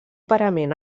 parament